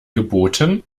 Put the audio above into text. geboten